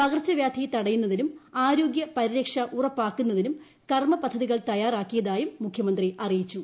പകർച്ചവ്യാധി തടയുന്നതിനും ആരോഗ്യപരിരക്ഷ ഉറപ്പാക്കുന്നതിനും കർമ്മപദ്ധതികൾ തയ്യാറാക്കിയതായും മുഖ്യമന്ത്രി അറിയിച്ചു